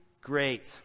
great